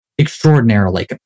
extraordinarily